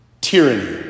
tyranny